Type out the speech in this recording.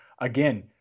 again